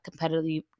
competitively